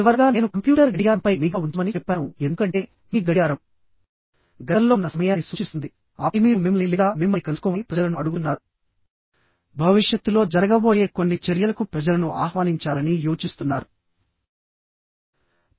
చివరగా నేను కంప్యూటర్ గడియారంపై నిఘా ఉంచమని చెప్పాను ఎందుకంటే మీ గడియారం గతంలో ఉన్న సమయాన్ని సూచిస్తుంది ఆపై మీరు మిమ్మల్ని లేదా మిమ్మల్ని కలుసుకోమని ప్రజలను అడుగుతున్నారు భవిష్యత్తులో జరగబోయే కొన్ని చర్యలకు ప్రజలను ఆహ్వానించాలని యోచిస్తున్నారు